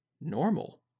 normal